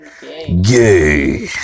Gay